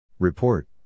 Report